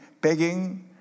begging